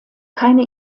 keine